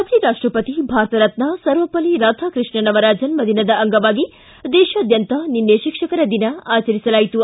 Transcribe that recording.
ಮಾಜಿ ರಾಷ್ಟಪತಿ ಭಾರತರತ್ನ ಸರ್ವಪಲ್ಲಿ ರಾಧಾಕೃಷ್ಣನ್ ಅವರ ಜನ್ಮ ದಿನದ ಅಂಗವಾಗಿ ದೇಶಾದ್ಯಂತ ನಿನ್ನೆ ಶಿಕ್ಷಕರ ದಿನ ಆಚರಿಸಲಾಯಿತು